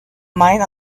mine